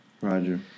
Roger